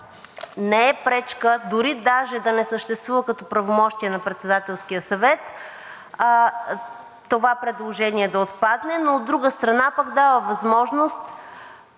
не е пречка, дори даже да не съществува като правомощие на Председателския съвет, това предложение да отпадне, но, от друга страна пък, дава възможност